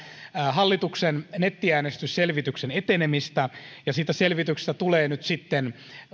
hallituksen nettiäänestysselvityksen etenemistä ja siitä selvityksestä tulee nyt sitten